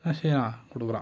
என்ன செய்யறான் கொடுக்குறான்